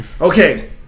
Okay